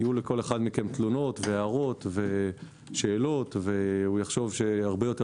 יהיו לכל אחד מכם תלונות והערות ושאלות והוא יחשוב שהרבה יותר